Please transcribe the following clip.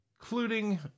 including